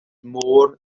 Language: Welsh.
mor